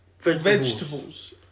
Vegetables